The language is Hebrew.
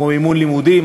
כמו מימון לימודים,